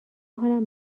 حالم